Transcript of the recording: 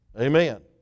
Amen